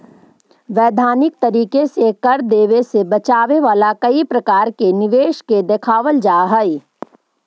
वैधानिक तरीके से कर देवे से बचावे वाला कई प्रकार के निवेश के दिखावल जा हई